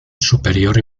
superior